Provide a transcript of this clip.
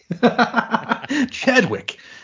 Chadwick